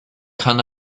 kann